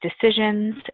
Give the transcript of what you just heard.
decisions